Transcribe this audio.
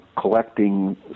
collecting